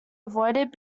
avoided